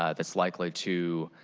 ah that's likely to